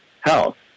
health